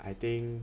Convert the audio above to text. I think